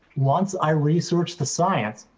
once i researched the science,